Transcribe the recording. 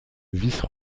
vice